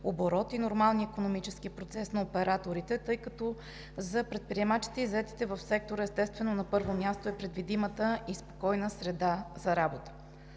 и нормалния икономически процес на операторите, тъй като за предприемачите и заетите в сектора, естествено, на първо място е предвидимата и спокойна среда за работа.